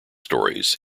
stories